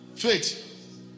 Faith